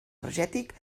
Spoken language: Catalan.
energètic